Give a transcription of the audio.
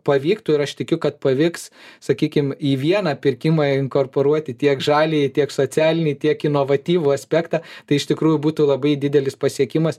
pavyktų ir aš tikiu kad pavyks sakykim į vieną pirkimą inkorporuoti tiek žaliąjį tiek socialinį tiek inovatyvų aspektą tai iš tikrųjų būtų labai didelis pasiekimas